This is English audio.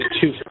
two